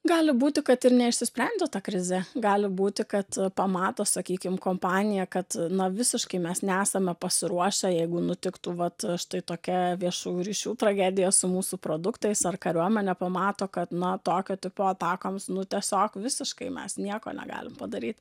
gali būti kad ir neišsisprendė ta krizė gali būti kad pamato sakykim kompanija kad na visiškai mes nesame pasiruošę jeigu nutiktų vat štai tokia viešųjų ryšių tragedija su mūsų produktais ar kariuomenė pamato kad na tokio tipo atakoms nu tiesiog visiškai mes nieko negalim padaryt